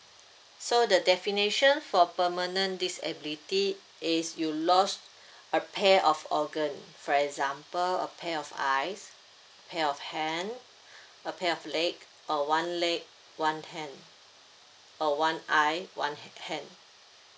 so the definition for permanent disability is you lost a pair of organ for example a pair of eyes a pair of hand a pair of legs or one leg one hand or one eye one hand